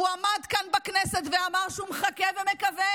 הוא עמד כאן בכנסת ואמר שהוא מחכה ומקווה